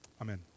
Amen